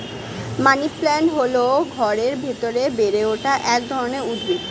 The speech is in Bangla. মানিপ্ল্যান্ট হল ঘরের ভেতরে বেড়ে ওঠা এক ধরনের উদ্ভিদ